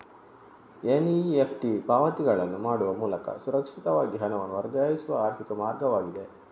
NEFT ಪಾವತಿಗಳನ್ನು ಮಾಡುವ ಮೂಲಕ ಸುರಕ್ಷಿತವಾಗಿ ಹಣವನ್ನು ವರ್ಗಾಯಿಸುವ ಆರ್ಥಿಕ ಮಾರ್ಗವಾಗಿದೆ